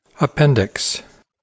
Appendix